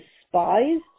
despised